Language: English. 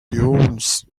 piousjoyous